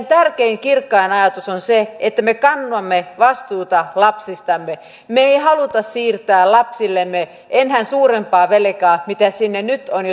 tärkein kirkkain ajatuksemme on se että me kannamme vastuuta lapsistamme me emme halua siirtää lapsillemme enää suurempaa velkaa mitä nyt jo on